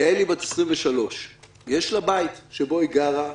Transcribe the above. יעלי בת 23. יש לה בית שבו היא גרה,